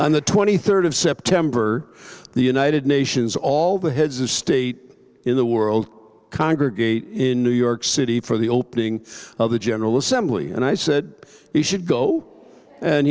and the twenty third of september the united nations all the heads of state in the world congregate in new york city for the opening of the general assembly and i said he should go and